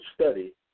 study